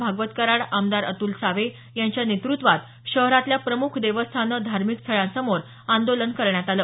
भागवत कराड आमदार अतुल सावे यांच्या नेतृत्वात शहरातल्या प्रमुख देवस्थानं धार्मिक स्थळांसमोर आंदोलन करण्यात आलं